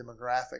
demographic